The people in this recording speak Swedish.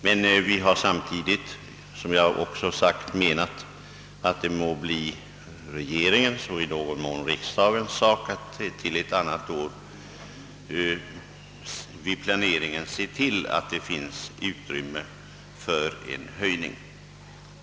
Men vi har samtidigt — som jag också sagt — menat att det må bli regeringens och även riksdagens såk att till ett annat år vid planeringen se till att det finns utrymme för en höjning av barnbidragen.